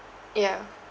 yeah